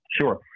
Sure